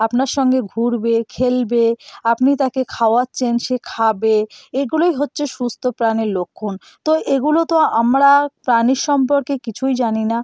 আপনার সঙ্গে ঘুরবে খেলবে আপনি তাকে খাওয়াচ্ছেন সে খাবে এগুলোই হচ্ছে সুস্থ প্রাণীর লক্ষণ তো এগুলো তো আমরা প্রাণীর সম্পর্কে কিছুই জানি না